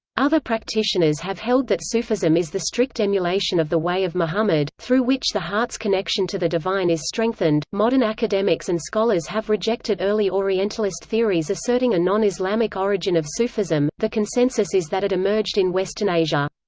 other practitioners have held that sufism is the strict emulation of the way of muhammad, through which the heart's connection to the divine is strengthened modern academics and scholars have rejected early orientalist theories asserting a non-islamic origin of sufism, the consensus is that it emerged in western asia.